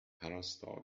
پرستار